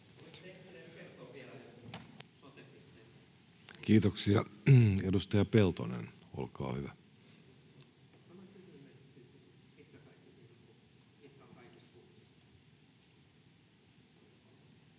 Kiitoksia. — Edustaja Peltonen, olkaa hyvä. [Speech